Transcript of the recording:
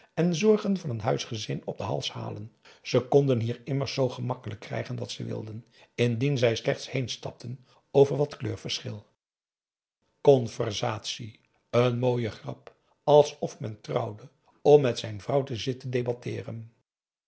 en zorgen van een huisgezin op den hals halen ze konden hier immers zoo gemakkelijk krijgen wat ze wilden indien zij slechts heenstapten over wat kleurverschil conversatie n mooie grap alsof men trouwde om met zijn vrouw te zitten debatteeren